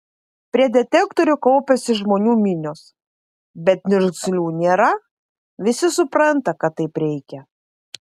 prie detektorių kaupiasi žmonių minios bet niurzglių nėra visi supranta kad taip reikia